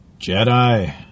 Jedi